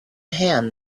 hand